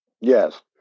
Yes